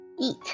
eat